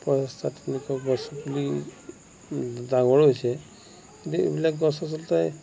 প্ৰচেষ্টাত তেনেকুৱা গছপুলি ডাঙৰেই হৈছে এনেই এইবিলাক গছ আচলতে